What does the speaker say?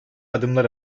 adımlar